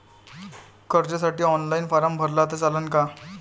कर्जसाठी online form भरला तर चालन का?